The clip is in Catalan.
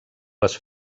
les